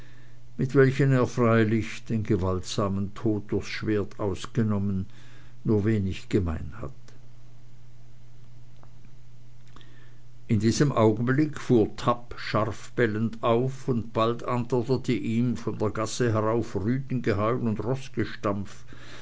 mit welchen er freilich den gewaltsamen tod durchs schwert ausgenommen nur wenig gemein hat in diesem augenblicke fuhr tapp scharf bellend auf und bald antwortete ihm von der gasse herauf rüdengeheul und